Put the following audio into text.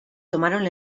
tomaron